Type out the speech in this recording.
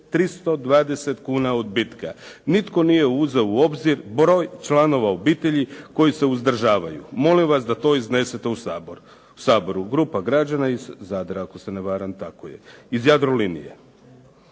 320 kuna odbitka. Nitko nije uzeo u obzir broj članova obitelji koji se uzdržavaju. Molim vas da to iznesete u Saboru. Grupa građana iz Zadra ako se ne varam, tako je. Iz Jadrolinije.